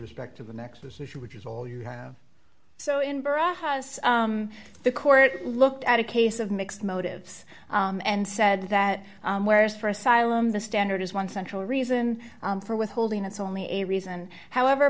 respect to the next this issue which is all you have so in barajas the court looked at a case of mixed motives and said that whereas for asylum the standard is one central reason for withholding that's only a reason however